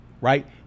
right